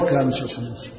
Consciousness